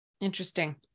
interesting